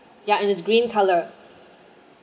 yeah it's green colour